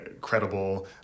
credible